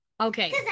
okay